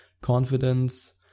confidence